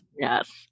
Yes